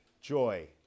joy